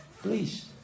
Please